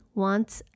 wants